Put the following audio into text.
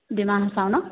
ডিমা হাচাও নহ্